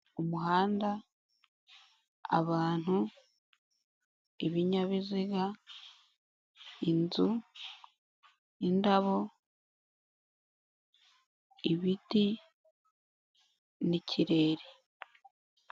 Umuhanda, abantu, ibinyabiziga, inzu, indabo, ibiti, n'ikirere.